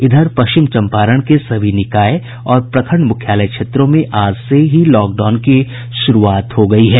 इधर पश्चिम चम्पारण के सभी निकाय और प्रखंड मुख्यालय क्षेत्रों में आज से लॉकडाउन की शुरूआत हो गयी है